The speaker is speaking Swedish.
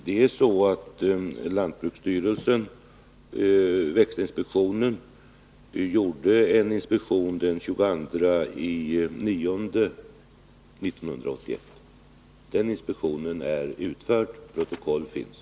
Fru talman! Växtinspektionen gjorde en inspektion den 22 september 1981. Det finns protokoll från den inspektionen.